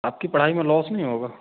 आपकी पढ़ाई में लॉस नहीं होगा